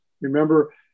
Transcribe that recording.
Remember